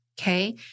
okay